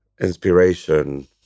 inspiration